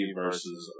versus